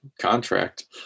contract